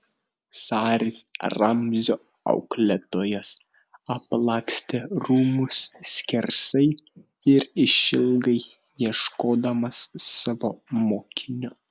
saris ramzio auklėtojas aplakstė rūmus skersai ir išilgai ieškodamas savo mokinio